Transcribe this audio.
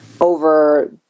over